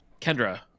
kendra